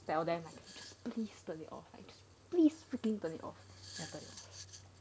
tell them like to please turn it off like just please freaking turn it off then after that